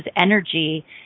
energy